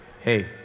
hey